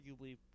arguably